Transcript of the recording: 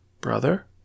brother